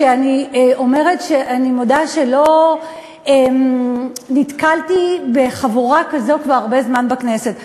שאני מודה שלא נתקלתי בחבורה כזאת כבר הרבה זמן בכנסת.